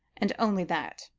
and only that.